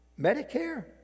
Medicare